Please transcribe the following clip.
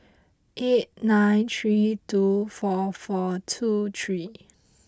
eight nine three two four four two three